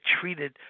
treated